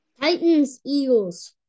Titans-Eagles